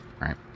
right